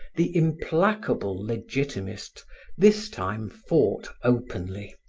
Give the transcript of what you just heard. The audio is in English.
the implacable legitimist this time fought openly,